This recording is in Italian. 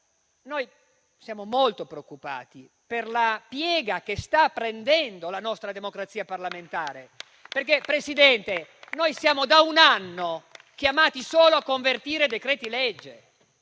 Noi siamo molto preoccupati per la piega che sta prendendo la nostra democrazia parlamentare, perché da un anno noi siamo chiamati solo a convertire decreti-legge.